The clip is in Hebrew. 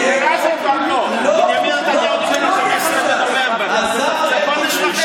בעיניי זה כבר חוק: בנימין נתניהו נותן לכם --- השר אלקין,